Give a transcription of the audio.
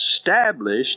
established